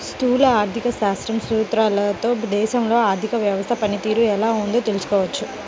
స్థూల ఆర్థిక శాస్త్రం సూత్రాలతో దేశంలో ఆర్థిక వ్యవస్థ పనితీరు ఎలా ఉందో తెలుసుకోవచ్చు